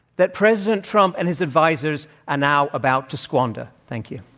that president trump and his advisors are now about to squander. thank you.